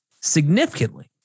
significantly